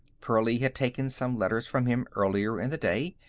pearlie had taken some letters from him earlier in the day.